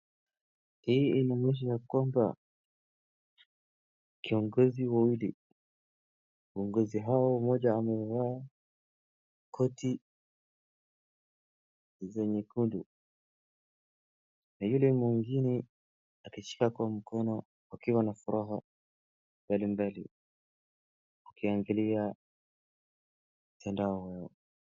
Hii inaonyesha ya kwamba kiongozi wawilli, kiongozi hao mmoja amevaa koti za nyekundu na yule mwingine akishika kwa mkono wakiwa na furaha mbalimbali wakiangalia tandao yao.